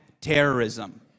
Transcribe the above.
terrorism